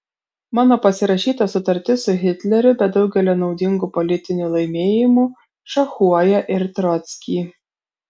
mano pasirašyta sutartis su hitleriu be daugelio naudingų politinių laimėjimų šachuoja ir trockį